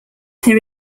there